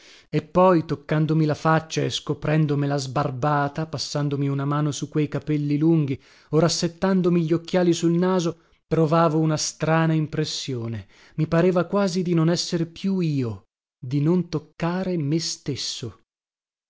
e poi toccandomi la faccia e scoprendomela sbarbata passandomi una mano su quei capelli lunghi o rassettandomi gli occhiali sul naso provavo una strana impressione mi pareva quasi di non esser più io di non toccare me stesso